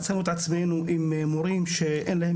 מצאנו את עצמנו עם מורים שאין להם